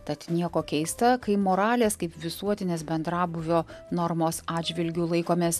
tad nieko keista kai moralės kaip visuotinės bendrabūvio normos atžvilgiu laikomės